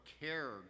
cared